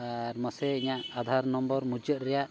ᱟᱨ ᱢᱟᱥᱮ ᱤᱧᱟᱹᱜ ᱟᱫᱷᱟᱨ ᱱᱚᱢᱵᱚᱨ ᱢᱩᱪᱟᱹᱫ ᱨᱮᱭᱟᱜ